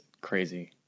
Crazy